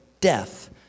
death